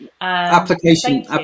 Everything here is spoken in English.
Application